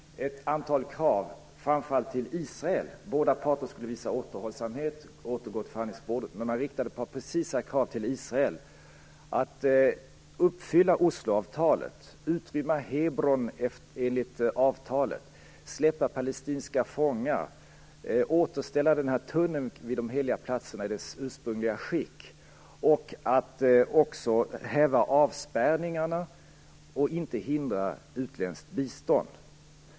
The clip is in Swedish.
Båda parter skulle visa återhållsamhet och återgå till förhandlingsbordet, men man riktade ett par precisa krav till Israel. Det gällde att uppfylla Osloavtalet, utrymma Hebron enligt avtalet, släppa palestinska fångar, återställa tunneln vid de heliga platserna i dess ursprungliga skick, häva avspärrningarna och inte hindra utländskt bistånd.